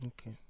Okay